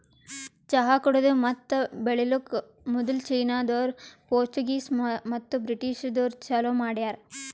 ಚಹಾ ಕುಡೆದು ಮತ್ತ ಬೆಳಿಲುಕ್ ಮದುಲ್ ಚೀನಾದೋರು, ಪೋರ್ಚುಗೀಸ್ ಮತ್ತ ಬ್ರಿಟಿಷದೂರು ಚಾಲೂ ಮಾಡ್ಯಾರ್